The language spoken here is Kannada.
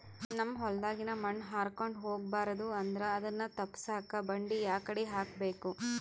ನಮ್ ಹೊಲದಾಗಿನ ಮಣ್ ಹಾರ್ಕೊಂಡು ಹೋಗಬಾರದು ಅಂದ್ರ ಅದನ್ನ ತಪ್ಪುಸಕ್ಕ ಬಂಡಿ ಯಾಕಡಿ ಹಾಕಬೇಕು?